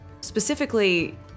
specifically